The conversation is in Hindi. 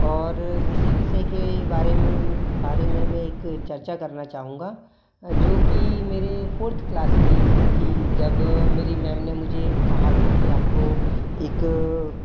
और इसी विषय के बारे में बारे में मैं एक चर्चा करना चाहूँगा जो कि मेरे फोर्थ क्लास की थी जब मेरी मैम ने मुझे कहा था कि आपको एक